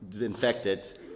infected